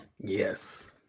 Yes